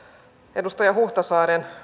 edustaja huhtasaaren